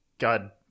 God